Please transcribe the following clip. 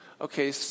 Okay